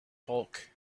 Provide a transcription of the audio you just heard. bulk